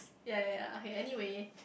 ya ya ya okay anyway